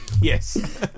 Yes